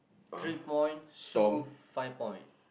three point Sue five point